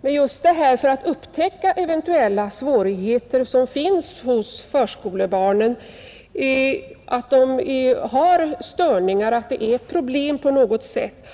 Men det gäller ju att upptäcka just eventuella svårigheter som finns hos förskolebarnen, att se om de har störningar och om det finns problem på något sätt.